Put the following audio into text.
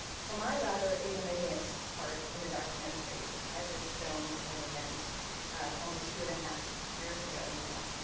from my rather ignominious part in the documentary, i was filmed at an event almost two and a half years ago now,